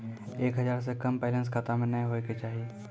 एक हजार से कम बैलेंस खाता मे नैय होय के चाही